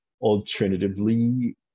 alternatively